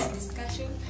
discussion